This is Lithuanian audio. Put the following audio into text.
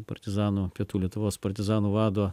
partizano pietų lietuvos partizanų vado